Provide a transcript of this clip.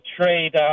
trade